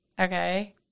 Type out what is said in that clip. okay